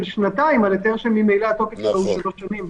שנתיים על היתר שממילא התוקף שלו הוא שלוש שנים.